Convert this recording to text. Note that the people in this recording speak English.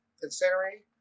considering